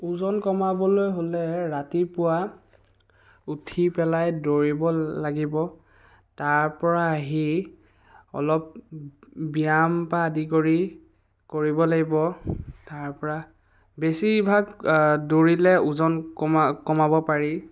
ওজন কমাবলৈ হ'লে ৰাতিপুৱা উঠি পেলাই দৌৰিব লাগিব তাৰপৰা আহি অলপ ব্যায়াম বা আদি কৰি কৰিব লাগিব তাৰপৰা বেছিভাগ দৌৰিলে ওজন কমা কমাব পাৰি